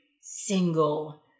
single